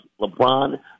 LeBron